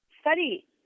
study